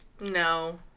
No